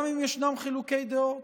גם אם ישנם חילוקי דעות,